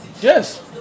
Yes